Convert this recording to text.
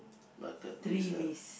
bucket list ah